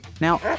Now